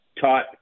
taught